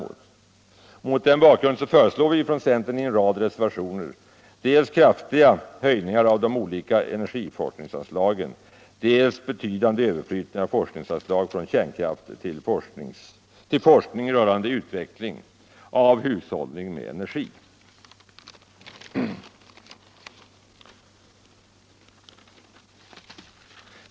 Mot den bakgrunden föreslår vi från centern i en rad reservationer dels kraftiga höjningar av de olika energiforskningsanslagen, dels betydande överflyttningar av forskningsanslag från kärnkraftsforskning till forskning rörande utveckling dels av hushållning med energi, dels av alternativa energiproduktionskällor.